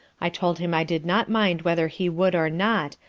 i told him i did not mind whether he would or not,